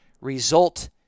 result